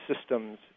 systems